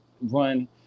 run